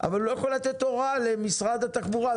אבל הוא לא יכול לתת הוראה למשרד התחבורה,